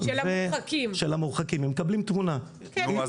הם מקבלים תמונה.